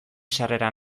sarrera